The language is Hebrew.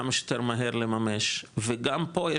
כמה שיותר מהר לממש וגם פה,